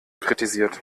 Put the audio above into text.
kritisiert